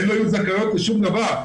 הן לא יהיו זכאיות לשום דבר.